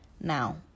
Now